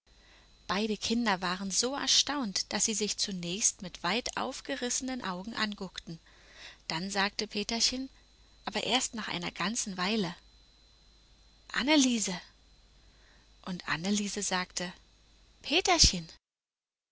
beide kinder waren so erstaunt daß sie sich zunächst mit weit aufgerissenen augen anguckten dann sagte peterchen aber erst nach einer ganzen weile anneliese und anneliese sagte peterchen